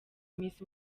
miss